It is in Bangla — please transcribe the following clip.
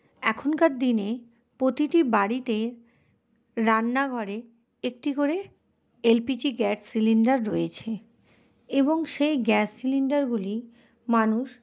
এখনকার দিনে প্রতিটি বাড়িতে রান্নাঘরে একটি করে এলপিজি গ্যাস সিলিন্ডার রয়েছে এবং সেই গ্যাস সিলিন্ডারগুলি মানুষ